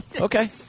okay